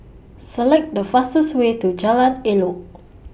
Select The fastest Way to Jalan Elok